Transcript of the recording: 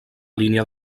línia